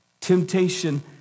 temptation